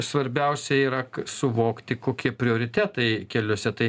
svarbiausia yra suvokti kokie prioritetai keliuose tai